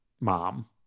mom